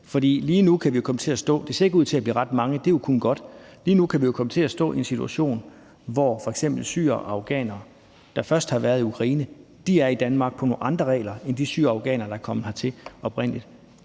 godt. Lige nu kan vi jo komme til at stå i en situation, hvor f.eks. syrere og afghanere, der først har været i Ukraine, er i Danmark på nogle andre regler end de syrere og afghanerne, der er kommet hertil oprindeligt.